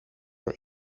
door